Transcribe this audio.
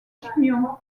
chignon